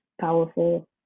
powerful